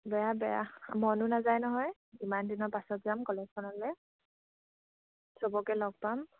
বেয়া বেয়া মনো নাযায় নহয় ইমান দিনৰ পাছত যাম কলেজখনলে চবকে লগ পাম